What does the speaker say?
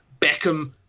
Beckham